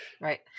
right